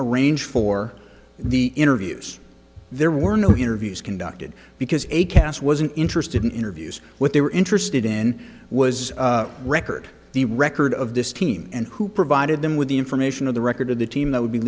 arrange for the interviews there were no interviews conducted because a cas wasn't interested in interviews what they were interested in was record the record of this team and who provided them with the information of the record of the team that would be